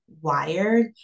wired